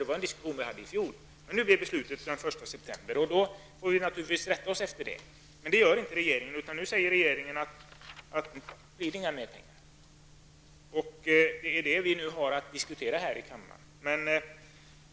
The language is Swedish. Det var en diskussion som vi förde i fjol. Men nu blir beslutet alltså den 1 september, och vi får naturligtvis rätta oss efter det. Men det gör inte regeringen, utan regeringen säger att det inte blir några mer pengar. Och det är detta som vi nu har att diskutera här i kammaren.